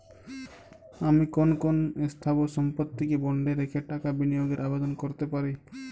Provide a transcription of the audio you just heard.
আমি কোন কোন স্থাবর সম্পত্তিকে বন্ডে রেখে টাকা বিনিয়োগের আবেদন করতে পারি?